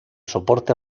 soporte